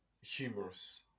humorous